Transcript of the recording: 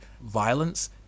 violence